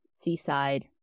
seaside